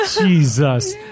Jesus